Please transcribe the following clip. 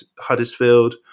Huddersfield